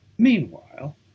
Meanwhile